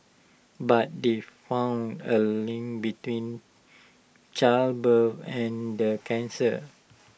but they found A link between childbirth and the cancer